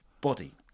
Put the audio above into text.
body